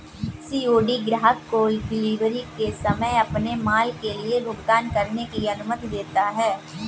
COD ग्राहक को delivery के समय अपने माल के लिए भुगतान करने की अनुमति देता है